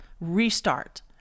restart